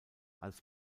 als